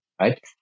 right